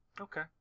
okay